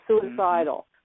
suicidal